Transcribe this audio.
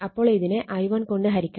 അപ്പോൾ ഇതിനെ i1 കൊണ്ട് ഹരിക്കണം